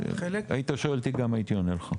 היית שואל אותי גם הייתי עונה לך.